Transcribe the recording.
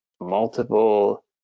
multiple